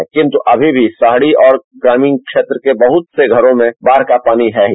ेकिंतु अमी भी शहरी और ग्रामीण क्षेत्र के बहुत से घरों मे बाढ़ का पानी है ही